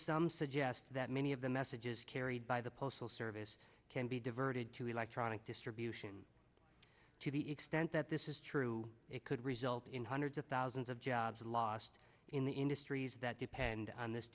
some suggest that many of the messages carried by the postal service can be diverted to electronic distribution to the extent that this is true it could result in hundreds of thousands of jobs lost in the industries that depend on this